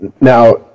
Now